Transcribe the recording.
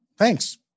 Thanks